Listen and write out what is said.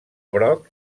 broc